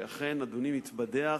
אכן, אדוני מתבדח,